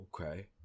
okay